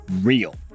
real